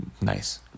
Nice